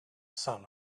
sun